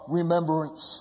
remembrance